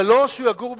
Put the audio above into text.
אבל לא שהוא יגור בשדרות.